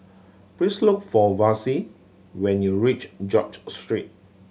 please look for Vassie when you reach George Street